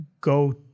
go